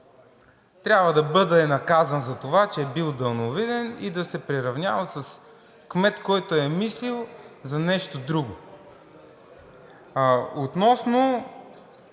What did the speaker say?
трябва да бъде наказан за това, че е бил далновиден, и да се приравнява с кмет, който е мислел за нещо друго. А относно